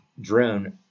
drone